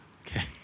Okay